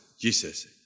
Jesus